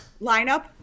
lineup